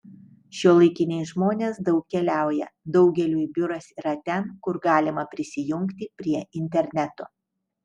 šiuolaikiniai žmonės daug keliauja daugeliui biuras yra ten kur galima prisijungti prie interneto